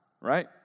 right